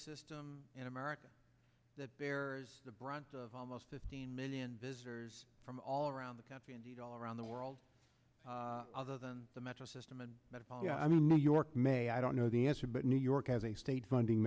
system in america that bear the brunt of almost fifteen million visitors from all around the country indeed all around the world other than the metro system and i mean new york may i don't know the answer but new york has a state funding